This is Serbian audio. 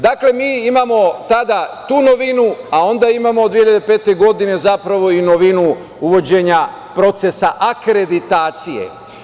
Dakle, mi imamo tada tu novinu, a onda imamo od 2005. godine i novinu uvođenja procesa akreditacije.